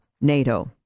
NATO